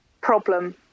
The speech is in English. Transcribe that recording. problem